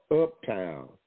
uptown